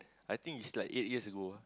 I think is like eight years ago ah